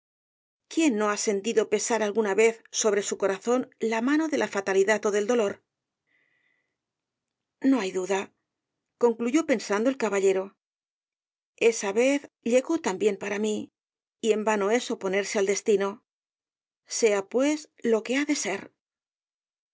quién no ha sentido pesar alguna vez sobre su corazón la mano de la fatalidad ó del dolor no hay duda concluyó pensando el caballer o esa vez llegó también para mí y en vano es oponerse al destino sea pues lo que ha de ser el caballero